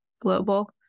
global